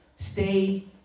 Stay